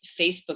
Facebook